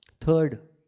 Third